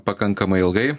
pakankamai ilgai